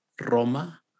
Roma